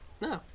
No